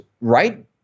right